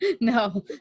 No